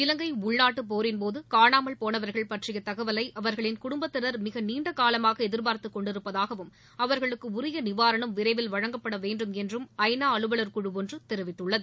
இவங்கை உள்நாட்டு போரின்போது காணாமல் போனவர்கள் பற்றிய தகவலை அவர்களின் குடும்பத்தினர் மிக நீண்டகாலமாக எதிர்பார்த்துக் கொண்டிருப்பதாகவும் அவர்களுக்கு உரிய நிவாரணம் விரைவில் வழங்கப்பட வேண்டுமென்றும் ஐ நா அலுவலர் குழு ஒன்று தெரிவத்துள்ளது